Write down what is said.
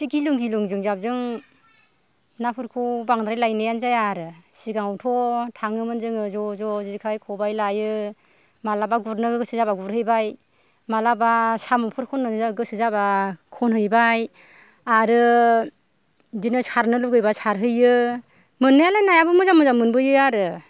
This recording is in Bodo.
इसे गिलुं गिलुंजों जाबजों नाफोरखौ बांद्राय लायनायानो जाया आरो सिगाङावथ' थाङोमोन जोङो ज'ज' जेखाय खबाय लायो मालाबा गुरनो गोसो जाबा गुरहैबाय मालाबा साम'फोर खन्नो गोसो जाबा खनहैबाय आरो बिदिनो सारनो लुगैबा सारहैयो मोन्नायालाय नायाबो मोजां मोजां मोनबोयो आरो